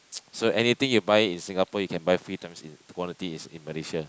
so anything you buy in Singapore you can buy three times in quantities in Malaysia